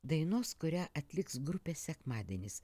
dainos kurią atliks grupė sekmadienis